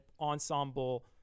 Ensemble